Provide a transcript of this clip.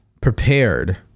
prepared